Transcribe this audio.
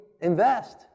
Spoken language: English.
invest